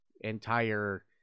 entire